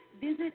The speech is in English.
visit